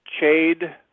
Chade